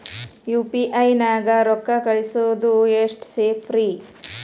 UPI ನ್ಯಾಗ ರೊಕ್ಕ ಕಳಿಸೋದು ಎಷ್ಟ ಸೇಫ್ ರೇ?